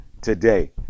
today